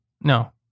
No